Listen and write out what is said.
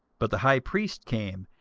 but the high priest came,